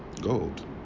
gold